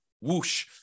whoosh